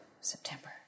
September